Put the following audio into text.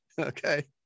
okay